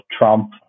Trump